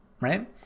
right